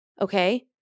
Okay